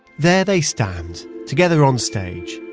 there they stand together on stage.